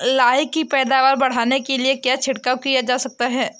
लाही की पैदावार बढ़ाने के लिए क्या छिड़काव किया जा सकता है?